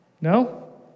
No